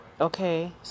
Okay